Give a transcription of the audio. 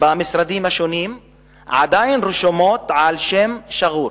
במשרדים השונים עדיין רשומות על שם שגור,